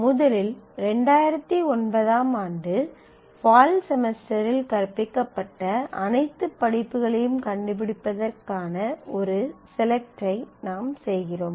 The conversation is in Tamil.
முதலில் 2009 ஆம் ஆண்டு ஃபால் செமஸ்டரில் கற்பிக்கப்பட்ட அனைத்து படிப்புகளையும் கண்டுபிடிப்பதற்கான ஒரு செலக்ட் ஐ நாம் செய்கிறோம்